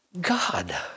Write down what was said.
God